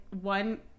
one